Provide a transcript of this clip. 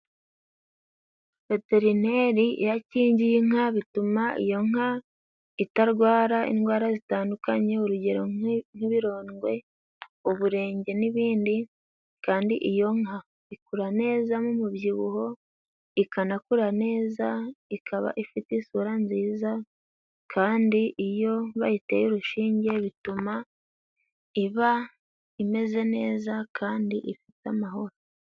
Veterineri iyo akingiye inka bituma iyo nka itarwara indwara zitandukanye urugero nk'ibirondwe, uburenge n'ibindi kandi iyo nka ikura neza mu mubyibuho ikanakura neza ikaba ifite isura nziza kandi iyo bayiteye urushinge bituma iba imeze neza kandi ifite amahoro.